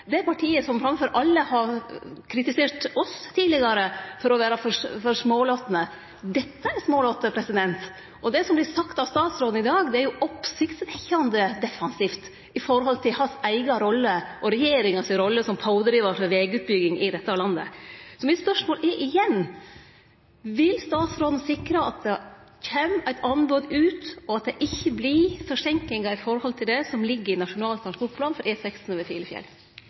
det partiet som framfor alle har kritisert oss tidlegare for å vere for smålåtne. Dette er smålåte, og det som vert sagt av statsråden i dag, er oppsiktsvekkjande defensivt med tanke på hans eiga rolle og regjeringa si rolle som pådrivar for vegutbygging i dette landet. Så mitt spørsmål er igjen: Vil statsråden sikre at det kjem eit anbod ut, og at det ikkje vert forseinkingar i forhold til det som ligg i Nasjonal transportplan for E16 over Filefjell?